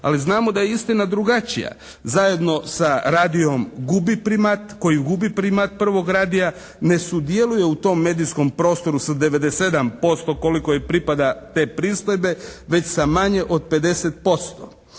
ali znamo da je istina drugačija. Zajedno sa radiom gubi primat, koji gubi primat prvog radija ne sudjeluje u tom medijskom prostoru s 97% koliko ih pripada te pristojbe već sa manje od 50%.